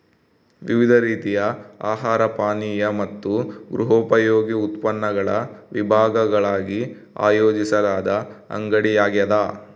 ವಿವಿಧ ರೀತಿಯ ಆಹಾರ ಪಾನೀಯ ಮತ್ತು ಗೃಹೋಪಯೋಗಿ ಉತ್ಪನ್ನಗಳ ವಿಭಾಗಗಳಾಗಿ ಆಯೋಜಿಸಲಾದ ಅಂಗಡಿಯಾಗ್ಯದ